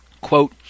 Quote